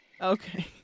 okay